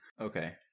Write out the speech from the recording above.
Okay